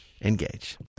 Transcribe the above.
Engage